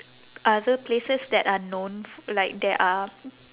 other places that are known like that are